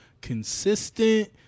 consistent